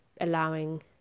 allowing